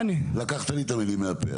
לקחת לי את המילים מהפה.